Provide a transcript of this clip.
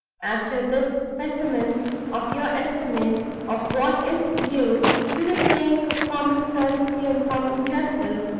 after this specimen of your estimate of what is due to the claims of common courtesy and common justice,